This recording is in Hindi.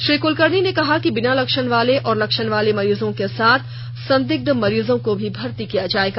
श्री कुलकर्णी ने कहा है कि बिना लक्षण वाले और लक्षण वाले मरीजों के साथ संदिग्धों मरीजों को भर्ती किया जायेगा